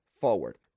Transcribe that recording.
forward